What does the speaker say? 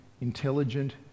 intelligent